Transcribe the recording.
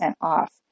off